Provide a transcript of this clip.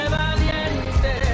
valiente